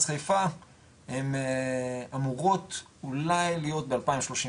חיפה הן אמורות אולי להיות ב-2035,